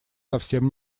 совсем